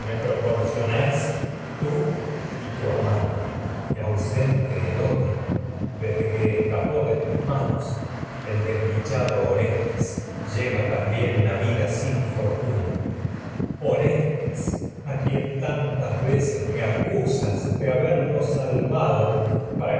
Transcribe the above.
proporcionáis til y tú amante y ausente escapó de tus manos el una el otro desde que desdichado orestes lleva también vida sin fortuna orestes a quien tantas veces me acusas de haberlo salvado para